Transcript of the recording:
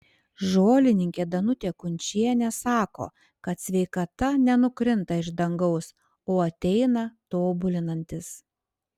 žolininkė danutė kunčienė sako kad sveikata nenukrinta iš dangaus o ateina tobulinantis